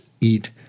eat